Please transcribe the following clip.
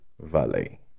valley